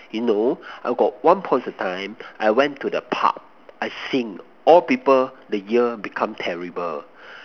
you know I got once upon a time I went to the Park I sing all people the ear become terrible